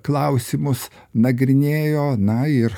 klausimus nagrinėjo na ir